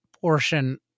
portion